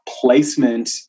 placement